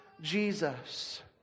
Jesus